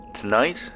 Tonight